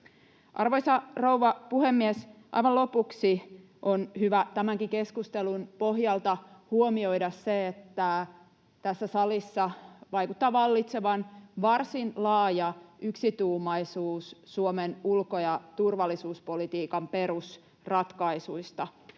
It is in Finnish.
Arvoisa rouva puhemies! Aivan lopuksi on hyvä tämänkin keskustelun pohjalta huomioida se, että tässä salissa vaikuttaa vallitsevan varsin laaja yksituumaisuus Suomen ulko- ja turvallisuuspolitiikan perusratkaisuista.